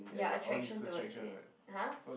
ya attraction towards it huh